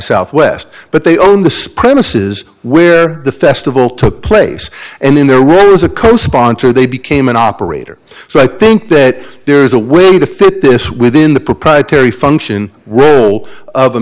southwest but they own the spray mrs where the festival took place and then there was a co sponsor they became an operator so i think that there's a way to fit this within the proprietary function role of